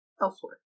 elsewhere